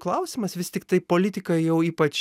klausimas vis tiktai politika jau ypač